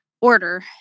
order